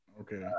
Okay